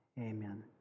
amen